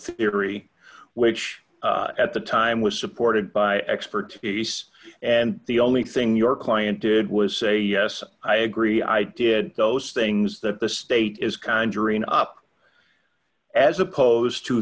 theory which at the time was supported by expertise and the only thing your client did was say yes i agree i did those things that the state is conjuring up as opposed to